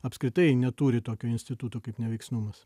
apskritai neturi tokio instituto kaip neveiksnumas